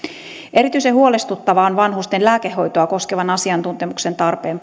erityisen huolestuttavaa on vanhusten lääkehoitoa koskevan asiantuntemuksen tarpeen